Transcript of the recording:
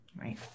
Right